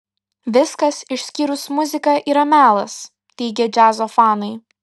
viskas išskyrus muziką yra melas teigia džiazo fanai